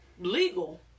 legal